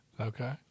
Okay